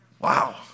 Wow